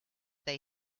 they